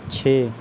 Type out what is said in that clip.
چھ